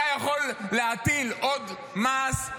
אתה יכול להטיל עוד מס,